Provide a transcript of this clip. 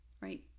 right